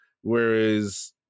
whereas